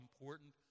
important